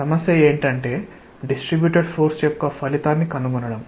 సమస్య ఏంటంటే distributed force యొక్క ఫలితాన్ని కనుగొనడం